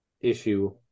issue